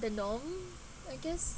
the norm I guess